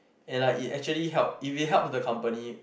and like it actually help if it helps the company